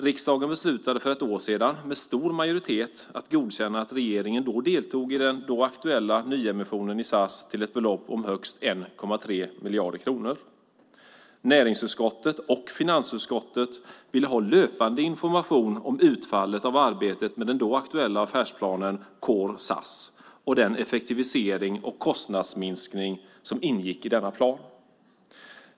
Riksdagen beslutade för ett år sedan med stor majoritet att godkänna att regeringen deltog i den då aktuella nyemissionen i SAS till ett belopp om högst 1,3 miljarder kronor. Näringsutskottet och finansutskottet ville ha löpande information om utfallet av arbetet med den då aktuella affärsplanen Core SAS och den effektivisering och kostnadsminskning som ingick i denna plan.